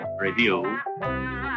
Review